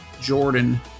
Jordan